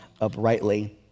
uprightly